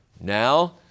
Now